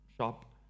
shop